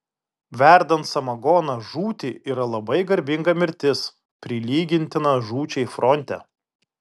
verdant samagoną žūti yra labai garbinga mirtis prilygintina žūčiai fronte